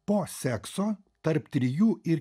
po sekso tarp trijų ir